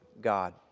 God